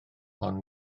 ond